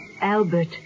Albert